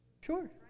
Sure